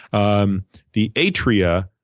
um the atria,